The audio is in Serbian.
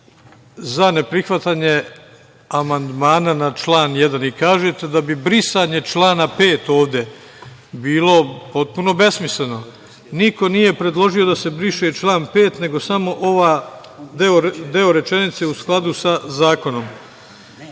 za neprihvatanje amandmana na član 1. i kažete – da bi brisanje člana 5. ovde bilo potpuno besmisleno. Niko nije predložio da se briše član 5. nego samo ovaj deo rečenice u skladu sa zakonom.